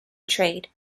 trade